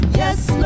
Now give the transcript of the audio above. yes